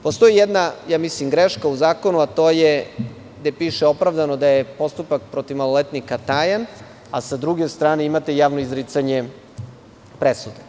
Postoji jedna, mislim greška u zakonu, a to je gde piše opravdano da je postupak protiv maloletnika tajan, a sa druge strane imate javno izricanje presude.